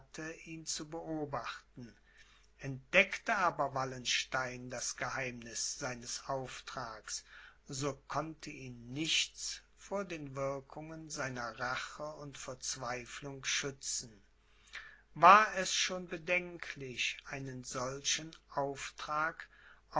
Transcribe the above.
ihn zu beobachten entdeckte aber wallenstein das geheimniß seines auftrags so konnte ihn nichts vor den wirkungen seiner rache und verzweiflung schützen war es schon bedenklich einen solchen auftrag